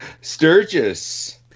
Sturgis